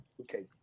Okay